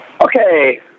Okay